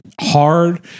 hard